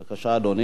אדוני,